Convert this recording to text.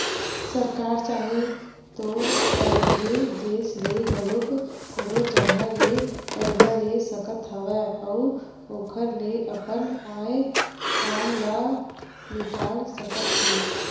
सरकार चाहे तो अलगे देस ले घलो कोनो जघा ले करजा ले सकत हवय अउ ओखर ले अपन आय काम ल निकाल सकत हे